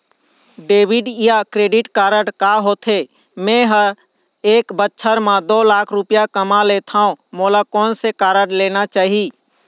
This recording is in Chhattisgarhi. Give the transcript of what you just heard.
डेबिट या क्रेडिट कारड का होथे, मे ह एक बछर म दो लाख रुपया कमा लेथव मोला कोन से कारड लेना चाही?